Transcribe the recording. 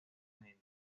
gente